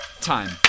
Time